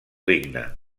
digna